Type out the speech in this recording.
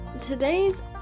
today's